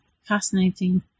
fascinating